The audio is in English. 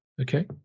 Okay